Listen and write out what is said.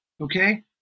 Okay